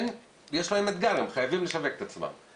יש להם אתגר, הם חייבים לשווק את עצמם.